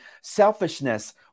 selfishness